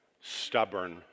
stubborn